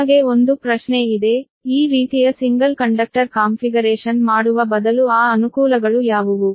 ನಿಮಗೆ ಒಂದು ಪ್ರಶ್ನೆ ಇದೆ ಈ ರೀತಿಯ ಸಿಂಗಲ್ ಕಂಡಕ್ಟರ್ ಕಾನ್ಫಿಗರೇಶನ್ ಮಾಡುವ ಬದಲು ಆ ಅನುಕೂಲಗಳು ಯಾವುವು